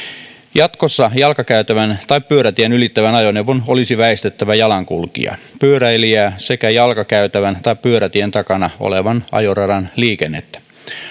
jatkossa jalkakäytävän tai pyörätien ylittävän ajoneuvon olisi väistettävä jalankulkijaa pyöräilijää sekä jalkakäytävän tai pyörätien takana olevan ajoradan liikennettä